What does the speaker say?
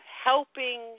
helping